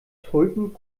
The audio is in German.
tulpen